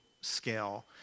scale